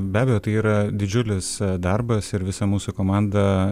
be abejo tai yra didžiulis darbas ir visa mūsų komanda